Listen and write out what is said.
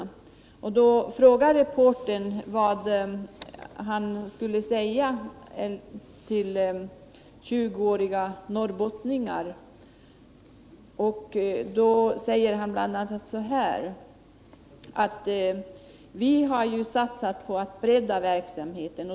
Reportern frågade vad statsministern skulle säga till 20-åriga norrbottningar. Han sade då bl.a. att man ju har satsat på att bredda verksamheten.